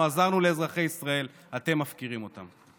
אנחנו עזרנו לאזרחי ישראל, אתם מפקירים אותם.